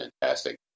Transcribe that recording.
fantastic